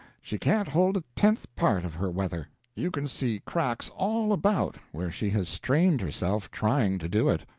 she can't hold a tenth part of her weather. you can see cracks all about where she has strained herself trying to do it.